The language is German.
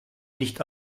nicht